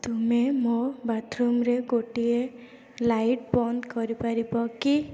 ତୁମେ ମୋ ବାଥରୁମ୍ରେ ଗୋଟିଏ ଲାଇଟ୍ ବନ୍ଦ କରି ପାରିବ କି